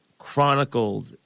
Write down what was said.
Chronicled